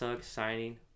signing